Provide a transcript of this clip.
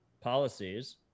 policies